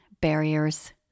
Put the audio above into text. barriers